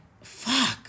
fuck